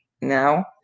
now